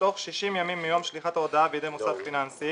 בתוך 60 ימים מיום שליחת ההודעה בידי המוסד הפיננסי